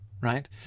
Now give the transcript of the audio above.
right